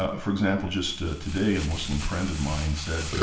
ah for example, just ah today, a muslim friend of mine said,